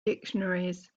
dictionaries